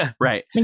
Right